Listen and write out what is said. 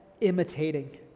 imitating